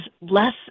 less